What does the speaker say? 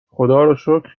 خداروشکر